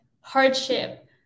hardship